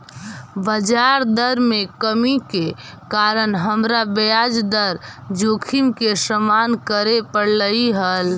बजार दर में कमी के कारण हमरा ब्याज दर जोखिम के सामना करे पड़लई हल